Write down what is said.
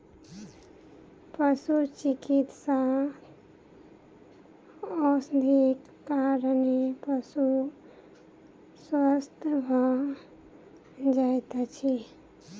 पशुचिकित्सा औषधिक कारणेँ पशु स्वस्थ भ जाइत अछि